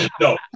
No